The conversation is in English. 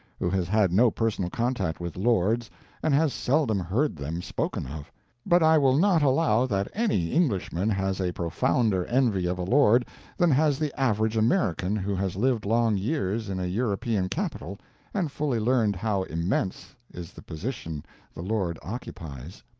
who has had no personal contact with lords and has seldom heard them spoken of but i will not allow that any englishman has a profounder envy of a lord than has the average american who has lived long years in a european capital and fully learned how immense is the position the lord occupies.